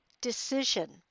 decision